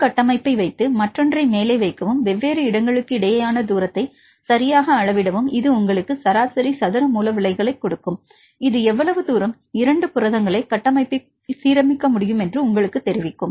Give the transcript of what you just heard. ஒரு கட்டமைப்பை வைத்து மற்றொன்றையும் மேலே வைக்கவும் வெவ்வேறு இடங்களுக்கிடையேயான தூரத்தை சரியாக அளவிடவும் இது உங்களுக்கு சராசரி சதுர மூல விலகலைக் கொடுக்கும் இது எவ்வளவு தூரம் 2 புரதங்களை கட்டமைப்புகளில் சீரமைக்க முடியும் என்று உங்களுக்குத் தெரிவிக்கும்